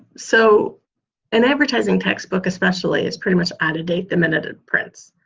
so an advertising textbook, especially, is pretty much out of date the minute it prints.